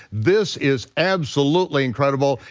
this is absolutely incredible.